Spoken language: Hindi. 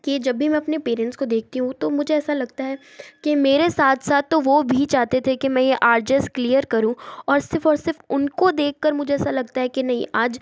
कि जब भी मैं अपने पेरेंट्स को देखती हूँ तो मुझे ऐसा लगता है कि मेरे साथ साथ तो वो भी चाहते थे कि मैं आर जे एस क्लियर करूँ और सिर्फ़ और सिर्फ़ उनको देख कर मुझे ऐसा लगता है कि नहीं आज